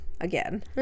again